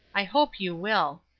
i hope you will.